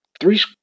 three